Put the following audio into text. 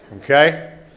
Okay